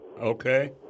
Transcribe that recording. Okay